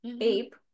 Ape